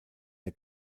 der